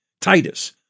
Titus